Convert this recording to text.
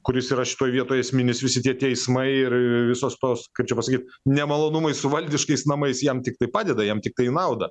kuris yra šitoj vietoj esminis visi tie teismai ir visos tos kaip čia pasakyt nemalonumai su valdiškais namais jam tiktai padeda jam tiktai į naudą